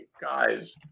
guys